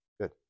Good